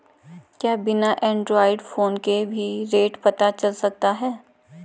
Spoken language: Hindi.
क्या बिना एंड्रॉयड फ़ोन के भी रेट पता चल सकता है?